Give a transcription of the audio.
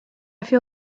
feel